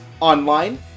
online